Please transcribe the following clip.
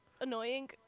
annoying